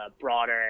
broader